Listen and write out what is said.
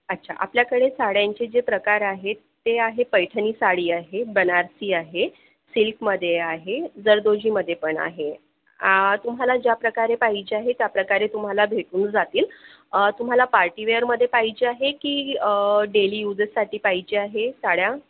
अच्छा आपल्याकडे साड्यांचे जे प्रकार आहेत ते आहे पैठणी साडी आहे बनारसी आहे सिल्कमध्ये आहे जरदोशीमध्ये पण आहे तुम्हाला ज्या प्रकारे पाहिजे आहे त्या प्रकारे तुम्हाला भेटून जातील तुम्हाला पार्टीवेअरमध्ये पाहिजे आहे की डेली यूजेससाठी पाहिजे आहे साड्या